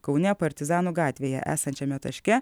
kaune partizanų gatvėje esančiame taške